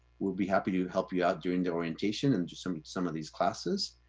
we'll be happy to help you out during the orientation and just i mean some of these classes.